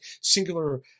singular